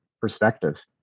perspective